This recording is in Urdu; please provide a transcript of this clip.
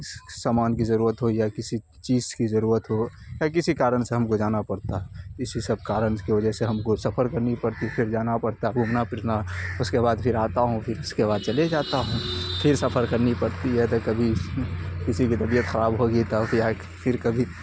سامان کی ضرورت ہو یا کسی چیز کی ضرورت ہو یا کسی کارن سے ہم کو جانا پڑتا ہے اسی سب کارن کی وجہ سے ہم کو سفر کرنی پڑتی ہے پھر جانا پڑتا گھومنا پھرنا اس کے بعد پھر آتا ہوں پھر اس کے بعد چلے جاتا ہوں پھر سفر کرنی پڑتی ہے تو کبھی کسی کی طبیعت خراب ہو گئی پھر کبھی